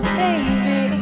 baby